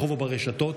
ברחוב וברשתות,